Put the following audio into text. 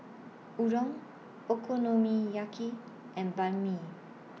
Udon Okonomiyaki and Banh MI